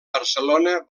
barcelona